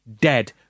dead